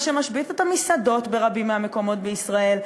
מה שמשבית את המסעדות ברבים מהמקומות בישראל,